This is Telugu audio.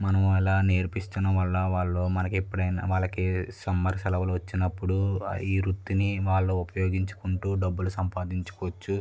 మనం అలా నేర్పిస్తున్న వాళ్ళ వాళ్ళు వాళ్ళ మనకి ఎప్పుడైనా మనకి వాళ్ళకి సమ్మర్ సెలవులు వచ్చినప్పుడు ఈ వృత్తిని వాళ్ళు ఉపయోగించుకుంటూ డబ్బులు సంపాదించుకోవచ్చు